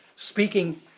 speaking